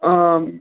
آ